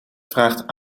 vraagt